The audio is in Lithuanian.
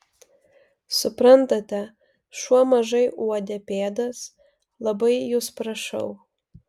suprantate šuo mažai uodė pėdas labai jus prašau